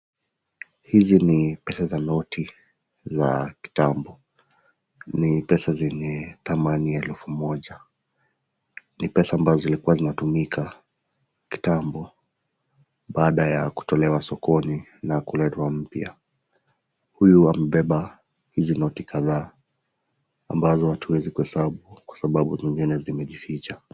Hizi ni pesa za noti za kitambo. Ni pesa zenye thamani 1,000. Ni pesa ambazo zilikuwa zinatumika kitambo baada ya kutolewa sokoni na kuletwa mpya. Huyu amebeba hizi noti kadhaa ambazo hatuwezi kuhesabu kwa sababu zingine zimejificha.